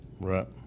Right